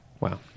Wow